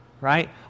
Right